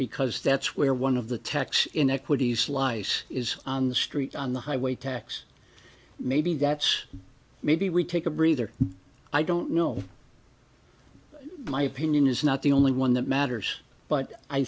because that's where one of the tax inequities slice is on the street on the highway tax maybe that's maybe we take a breather i don't know my opinion is not the only one that matters but i